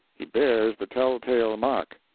he bears the telltale mark.